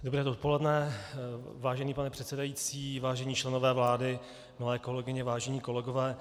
Dobré dopoledne, vážený pane předsedající, vážení členové vlády, milé kolegyně, vážení kolegové.